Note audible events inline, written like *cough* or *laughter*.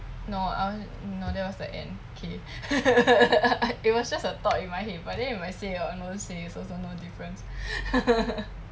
no uh no that was the end K *laughs* it was just a thought in my head but then if I say it out or don't say is also no difference *laughs*